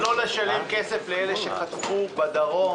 לא לשלם כסף למי שחטפו בדרום